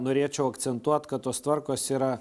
norėčiau akcentuot kad tos tvarkos yra